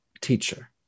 teacher